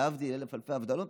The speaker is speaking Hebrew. להבדיל אלף אלפי הבדלות,